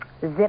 Zip